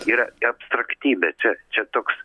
yra abstraktybė čia čia toks